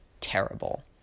terrible